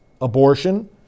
Abortion